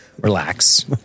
relax